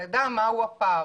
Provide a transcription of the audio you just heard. שנדע מה הפער.